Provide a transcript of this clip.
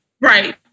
right